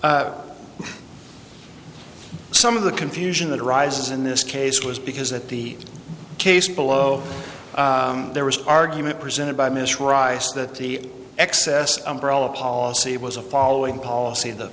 core some of the confusion that arises in this case was because at the case below there was argument presented by ms rice that the excess umbrella policy was a following policy that